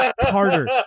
Carter